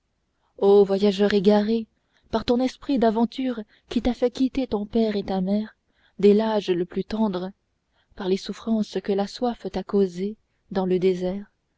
o voyageur égaré par ton esprit d'aventure qui t'a fait quitter ton père et ta mère dès l'âge le plus tendre par les souffrances que la soif t'a causées dans le désert